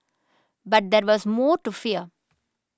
but there was more to fear